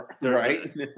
Right